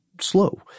slow